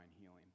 healing